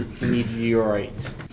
Meteorite